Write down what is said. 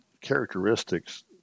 characteristics